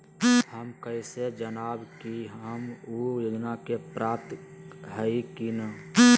हम कैसे जानब की हम ऊ योजना के पात्र हई की न?